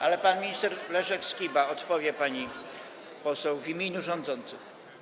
Ale pan minister Leszek Skiba odpowie pani poseł w imieniu rządzących.